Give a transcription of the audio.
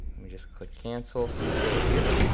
let me just click cancel, save,